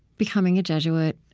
becoming a jesuit,